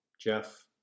Jeff